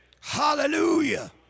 Hallelujah